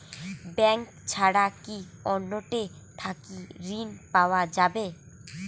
Bank ছাড়া কি অন্য টে থাকি ঋণ পাওয়া যাবে?